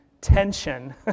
tension